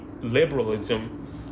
liberalism